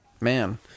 man